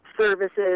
services